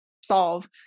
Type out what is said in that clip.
solve